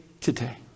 today